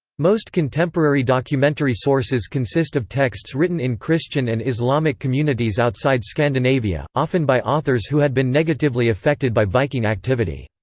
most contemporary documentary sources consist of texts written in christian and islamic communities outside scandinavia, often by authors who had been negatively affected by viking activity.